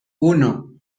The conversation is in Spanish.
uno